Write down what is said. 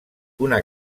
una